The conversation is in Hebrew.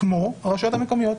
כמו הרשויות המקומיות.